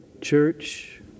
church